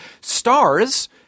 stars